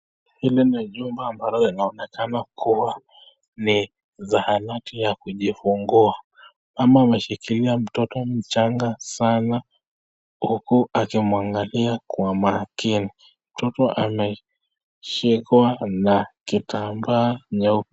Hili ni jumba ambalo inaonekana kuwa ni zahanati ya kujifungua. Mama ameshikilia mtoto mchanga sana huku akimwangalia kwa makini. Mtoto ameshikwa na kitambaa nyeupe.